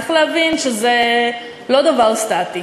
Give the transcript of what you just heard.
צריך להבין שזה לא דבר סטטי.